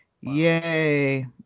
yay